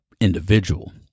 individual